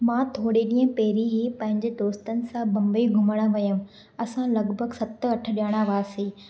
मां थोरे ॾींहं पहिरीं ई पंहिंजे दोस्तनि सां मुंबई घुमणु वियमि असां लॻभॻि सत अठ ॼणा हुआसीं असां